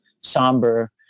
somber